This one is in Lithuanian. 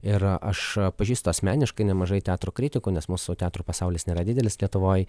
ir aš pažįstu asmeniškai nemažai teatro kritikų nes mūsų teatro pasaulis nėra didelis lietuvoj